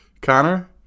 Connor